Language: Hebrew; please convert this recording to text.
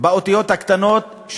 מהאותיות הקטנות,